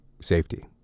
safety